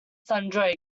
sundry